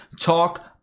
talk